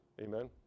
Amen